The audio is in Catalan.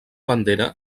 bandera